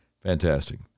Fantastic